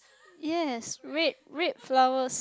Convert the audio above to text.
yes red red flowers